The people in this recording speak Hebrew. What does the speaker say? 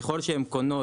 ככל שהן קונות,